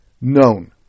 known